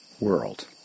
world